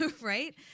right